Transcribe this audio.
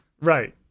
Right